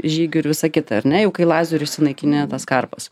žygių ir visa kita ar ne jau kai lazeriu sunaikini tas karpas